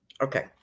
okay